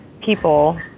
people